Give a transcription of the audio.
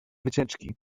wycieczki